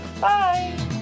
Bye